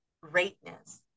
greatness